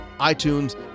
iTunes